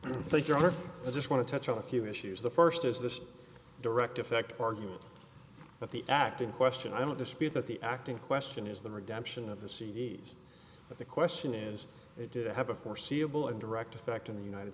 you're i just want to touch on a few issues the first is the direct effect argument but the act in question i don't dispute that the acting question is the redemption of the c d s but the question is did it have a foreseeable a direct effect in the united